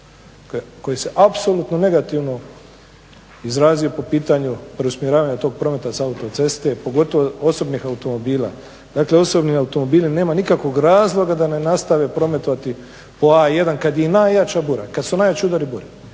koji se apsolutno negativno izrazio po pitanju preusmjeravanja tog prometa sa autoceste, pogotovo osobnih automobila. Dakle, osobni automobili nema nikakvog razloga da ne nastave prometovati po A1 kad je i najjača bura, kad su najjači udari bure.